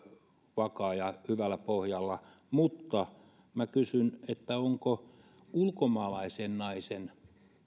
vakaa ja hyvällä pohjalla mutta kysyn onko ulkomaalaisen naisen